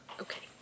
Okay